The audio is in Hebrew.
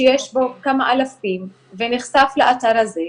שיש בו כמה אלפים ונחשף לאתר הזה,